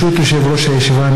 ברשות יושב-ראש הישיבה,